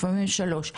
לפעמים שלוש,